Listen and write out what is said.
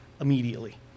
immediately